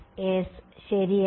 as ശരിയാണ്